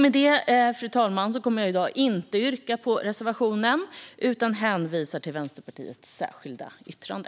Med detta, fru talman, kommer jag i dag inte att yrka bifall till reservationen. Jag hänvisar till Vänsterpartiets särskilda yttrande.